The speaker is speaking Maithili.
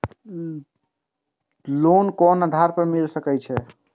लोन कोन आधार पर मिल सके छे?